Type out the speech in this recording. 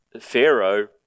Pharaoh